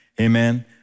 amen